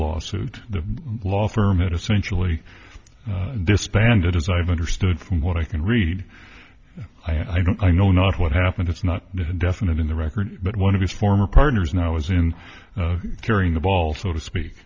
lawsuit the law firm it essentially disbanded as i've understood from what i can read i don't i know not what happened it's not definite in the record but one of his former partners now is in carrying the ball so to speak